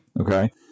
Okay